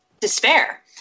despair